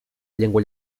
llengua